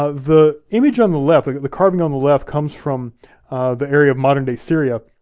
ah the image on the left, the carving on the left comes from the area modern day syria,